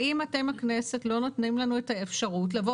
האם אתם הכנסת לא נותנים לנו את האפשרות לבוא